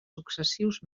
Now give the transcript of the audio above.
successius